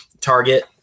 Target